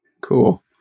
cool